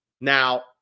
Now